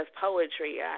Poetry